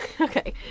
okay